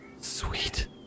Sweet